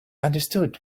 understood